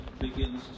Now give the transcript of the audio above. begins